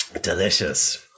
Delicious